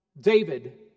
David